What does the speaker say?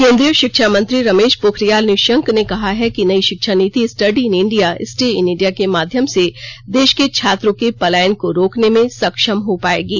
केंद्रीय शिक्षा मंत्री रमेश पोखरियाल निशंक ने कहा है कि नई शिक्षा नीति के तहत study in India stay in India के माध्यम से देश के छात्रों के पलायन को रोकने में सक्षम हो पायेंगे